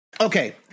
Okay